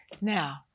Now